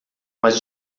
mas